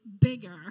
bigger